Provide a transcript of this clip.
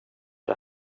det